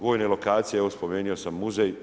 Vojne lokacije, evo spomenuo sam muzej.